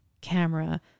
camera